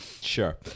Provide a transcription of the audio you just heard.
Sure